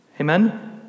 Amen